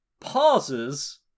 pauses